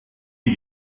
die